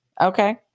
Okay